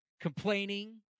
complaining